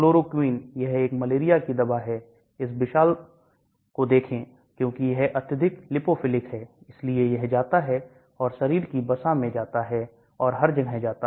Chloroquine यह एक malaria की दवा है इस विशाल को देखें क्योंकि यह अत्यधिक लिपोफिलिक है इसलिए यह जाता है और शरीर की बसा में जाता है और हर जगह जाता है